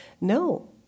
No